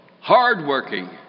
hardworking